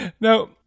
Now